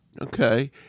Okay